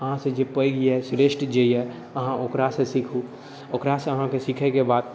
अहाँसँ जे पैघ यऽ श्रेष्ठ जे यऽ अहाँ ओकरासँ सीखू ओकरासँ अहाँके सीखैके बाद